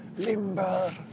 Limber